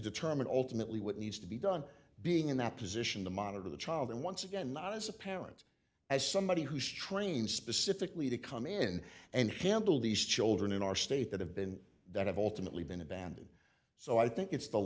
determine alternately what needs to be done being in that position to monitor the child and once again not as a parent as somebody who's trained specifically to come in and handle these children in our state that have been that have alternately been abandoned so i think it's the